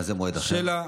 מה זה מועד אחר?